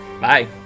Bye